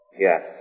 Yes